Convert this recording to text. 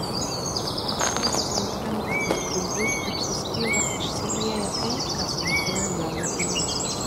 kai ąsotis nukrinta ant grindų ir suskyla išsilieja tai kas slypėjo jo viduje